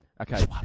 Okay